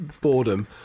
boredom